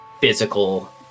physical